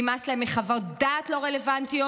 נמאס להם מחוות דעת לא רלוונטיות,